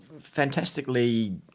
fantastically